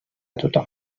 tothom